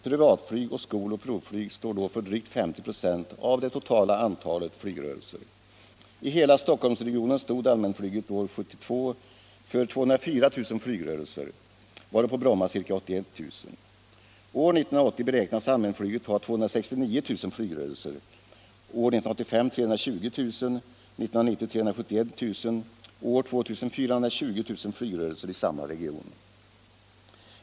Privatflyg och skol och provflyg står för drygt 50 96 av det totala antalet flygrörelser. I hela Stockholmsregionen stod allmänflyget år 1972 för 204 000 flygrörelser, varav på Bromma ca 81000. År 1980 beräknas allmänflyget ha 269 000 flygrörelser, år 1985 320 000, år 1990 371 000 och år 2000 420 000 flygrörelser i samma region.